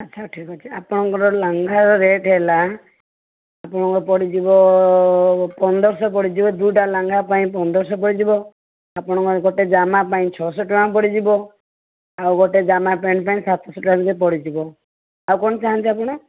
ଆଚ୍ଛା ଠିକ୍ ଅଛି ଆପଣଙ୍କର ଲାଙ୍ଘାର ରେଟ୍ ହେଲା ଆପଣଙ୍କ ପଡ଼ିଯିବ ପନ୍ଦର ଶହ ପଡ଼ିଯିବ ଦୁଇଟା ଲାଙ୍ଘା ପାଇଁ ପନ୍ଦର ଶହ ପଡ଼ିଯିବ ଆପଣଙ୍କ ଗୋଟେ ଜାମା ପାଇଁ ଛଅ ଶହ ଟଙ୍କା ପଡ଼ିଯିବ ଆଉ ଗୋଟେ ଜାମା ପ୍ୟାଣ୍ଟ ପାଇଁ ସାତ ଶହ ଭିତରେ ଟଙ୍କା ପଡ଼ିଯିବ ଆଉ କ'ଣ ଚାହାନ୍ତି ଆପଣ